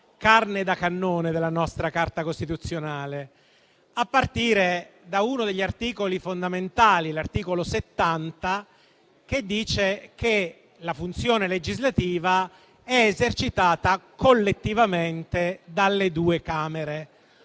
carne da cannone della nostra Carta costituzionale, a partire da uno degli articoli fondamentali, l'articolo 70, che così recita: «La funzione legislativa è esercitata collettivamente dalle due Camere».